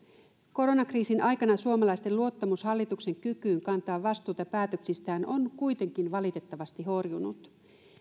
koronakriisin aikana suomalaisten luottamus hallituksen kykyyn kantaa vastuuta päätöksistään on kuitenkin valitettavasti horjunut